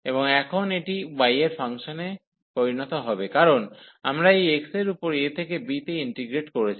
এবং এখন এটি y এর ফাংশনে পরিণত হবে কারন আমরা এই x এর উপর a থেকে b তে ইন্টিগ্রেড করেছি